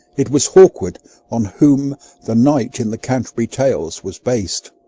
it was hawkwood on whom the knight in the canterbury tales was based.